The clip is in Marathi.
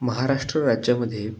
महाराष्ट्र राज्यामध्ये